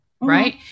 right